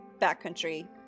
backcountry